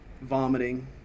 vomiting